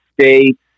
state